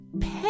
Pet